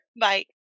Bye